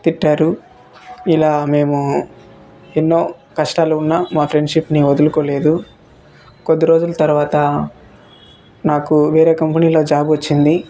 తిట్టారు ఇలా మేము ఎన్నో కష్టాలు ఉన్న మా ఫ్రెండ్షిప్ని వదులుకోలేదు కొద్ది రోజుల తర్వాత నాకు వేరే కంపెనీలో జాబ్ వచ్చింది